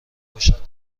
باشد